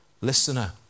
Listener